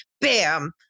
bam